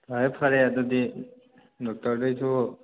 ꯐꯔꯦ ꯐꯔꯦ ꯑꯗꯨꯗꯤ ꯗꯣꯛꯇꯔꯗꯩꯁꯨ